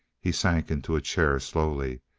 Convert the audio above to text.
he sank into a chair slowly.